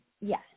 Yes